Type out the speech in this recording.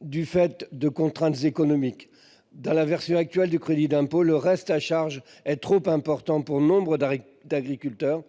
du fait de contraintes économiques : dans la version actuelle du crédit d'impôt, le reste à charge est trop important pour nombre d'agriculteurs,